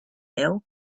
hill